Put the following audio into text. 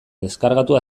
deskargatu